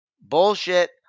bullshit